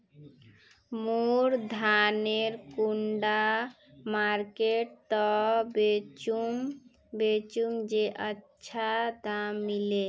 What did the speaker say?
मोर धानेर कुंडा मार्केट त बेचुम बेचुम जे अच्छा दाम मिले?